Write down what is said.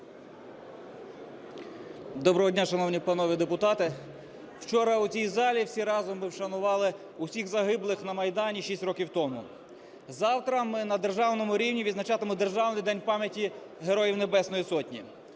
Доброго дня, шановні панове депутати! Вчора у цій залі всі разом ми вшанували усіх загиблих на Майдані 6 років тому. Завтра ми на державному рівні відзначатимемо державний День пам'яті Героїв Небесної Сотні.